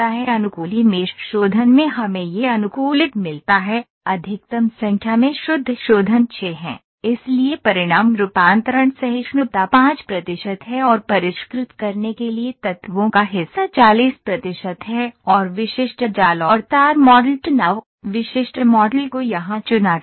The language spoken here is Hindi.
अनुकूली मेष शोधन में हमें यह अनुकूलित मिलता है अधिकतम संख्या में शुद्ध शोधन 6 है इसलिए परिणाम रूपांतरण सहिष्णुता 5 प्रतिशत है और परिष्कृत करने के लिए तत्वों का हिस्सा 40 प्रतिशत है और विशिष्ट जाल और तार मॉडल तनाव विशिष्ट मॉडल को यहां चुना गया है